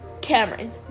Cameron